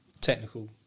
technical